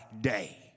day